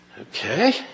Okay